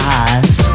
eyes